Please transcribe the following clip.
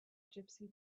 gypsy